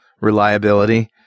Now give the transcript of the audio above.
reliability